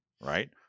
Right